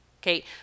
Okay